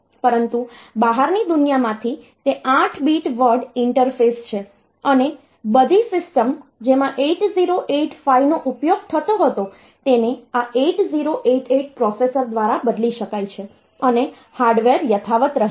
પરંતુ બહારની દુનિયામાંથી તે 8 બીટ વર્ડ ઇન્ટરફેસ છે અને બધી સિસ્ટમ્સ જેમાં 8085 નો ઉપયોગ થતો હતો તેને આ 8088 પ્રોસેસર દ્વારા બદલી શકાય છે અને હાર્ડવેર યથાવત રહે છે